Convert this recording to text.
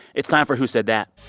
it's time for who said that